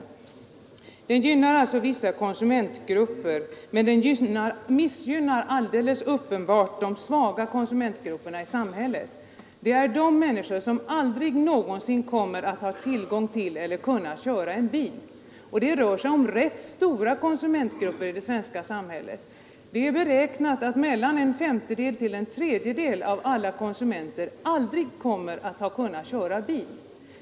Stormarknaden gynnar alltså vissa konsumentgrupper, men den missgynnar alldeles uppenbart de svaga konsumentgrupperna — de människor som aldrig någonsin kommer att ha tillgång till eller kunna köra en bil. Och det rör sig om rätt stora konsumentgrupper i det svenska samhället. Man beräknar att mellan en femtedel och en tredjedel av alla konsumenter aldrig kommer att köra bil.